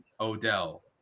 Odell